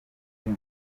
muri